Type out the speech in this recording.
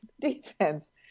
defense